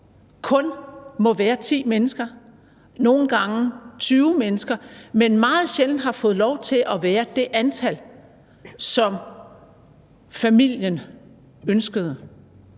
kun må være 10 mennesker, nogle gange 20 mennesker, men meget sjældent har fået lov til at være det antal, som familien ønskede?